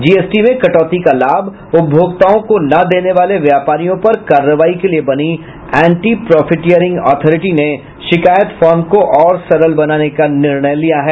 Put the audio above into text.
GST में कटौती का लाभ उपभोक्ताओं को न देने वाले व्यापारियों पर कार्रवाई के लिए बनी एंटी प्रॉफिटियरिंग ऑथरिटी ने शिकायत फार्म को और सरल बनाने का निर्णय लिया है